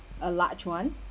a large one